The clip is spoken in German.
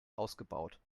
ausgebaut